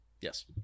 Yes